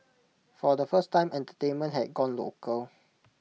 for the first time entertainment had gone local